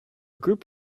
group